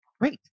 great